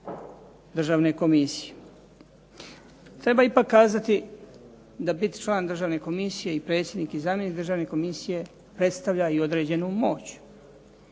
državne komisije. Treba ipak kazati da biti član državne komisije i predsjednik i zamjenik državne komisije predstavlja i određenu moć.